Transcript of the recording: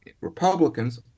Republicans